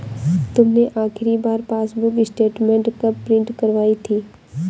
तुमने आखिरी बार पासबुक स्टेटमेंट कब प्रिन्ट करवाई थी?